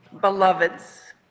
beloveds